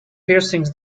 piercings